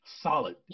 solid